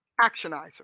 actionizer